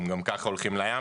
הם גם כך הולכים לים.